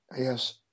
Yes